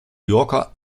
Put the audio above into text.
yorker